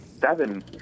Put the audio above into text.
seven